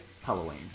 Halloween